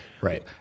Right